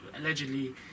allegedly